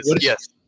yes